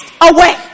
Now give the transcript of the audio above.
away